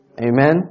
amen